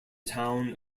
town